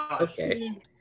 Okay